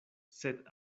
sed